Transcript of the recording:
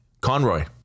Conroy